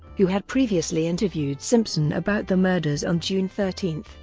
who had previously interviewed simpson about the murders on june thirteen,